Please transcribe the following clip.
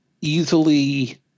easily